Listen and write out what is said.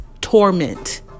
torment